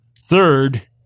Third